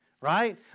right